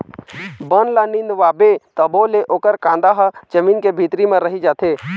बन ल निंदवाबे तभो ले ओखर कांदा ह जमीन के भीतरी म रहि जाथे